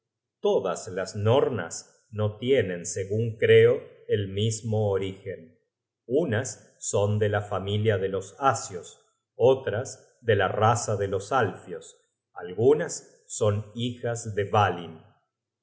todas las nornas no tienen segun creo el mismo origen unas son de la familia de los asios otras de la raza de los alfios algunas son hijas de